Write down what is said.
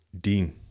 Dean